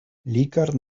лікар